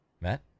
Matt